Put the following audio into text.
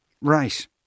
Right